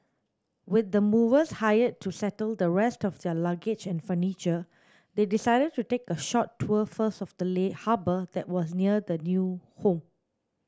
with the movers hired to settle the rest of their luggage and furniture they decided to take a short tour first of the lay harbour that was near their new home